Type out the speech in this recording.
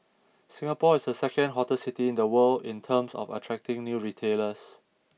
Singapore is the second hottest city in the world in terms of attracting new retailers